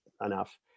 enough